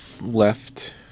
left